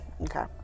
okay